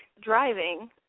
driving